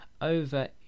over